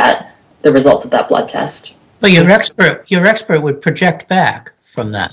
that the results of that blood test your expert would project back from that